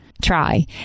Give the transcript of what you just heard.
try